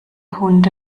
hunde